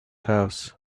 house